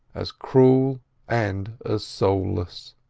as cruel and as soulless.